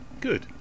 Good